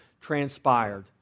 transpired